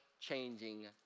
changing